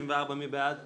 94 מי בעד?